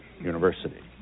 University